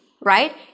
right